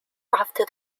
after